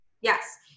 yes